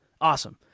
awesome